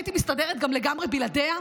שהייתי מסתדרת גם לגמרי בלעדיה?